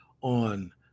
on